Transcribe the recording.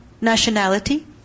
nationality